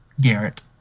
Garrett